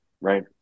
right